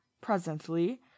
presently